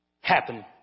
happen